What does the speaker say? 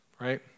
right